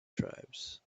tribes